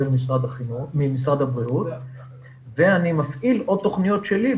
ממשרד הבריאות ואני מפעיל עוד תוכניות שלי,